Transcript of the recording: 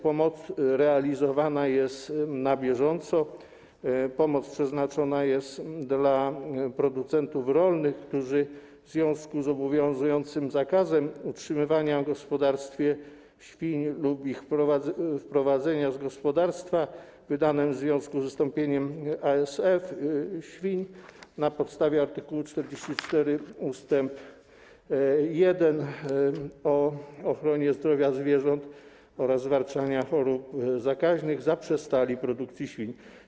Pomoc realizowana jest na bieżąco i jest przeznaczona dla producentów rolnych, którzy w związku z obowiązującym zakazem utrzymywania w gospodarstwie świń lub ich wprowadzania do gospodarstwa wydanym ze względu na wystąpienie ASF u świń na podstawie art. 44 ust. 1 ustawy o ochronie zdrowia zwierząt oraz zwalczaniu chorób zakaźnych zaprzestali produkcji świń.